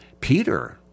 Peter